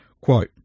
Quote